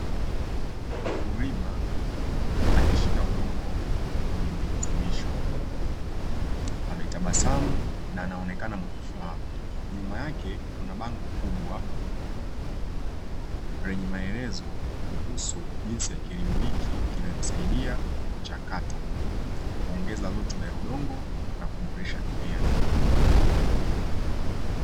Mkulima akishika udongo wenye virutubisho akitabasamu na anaonekana mwenye furaha. Nyuma yake kuna bango kubwa lenye maelezo kuhusu jinsi ya kilimo hiki kinavyosaidia kuchakata, kuongeza rutuba ya udongo na kuboresha mimea.